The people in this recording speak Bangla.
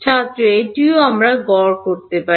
ছাত্র এটিও আমরা গড় করতে পারি